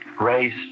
race